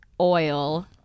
oil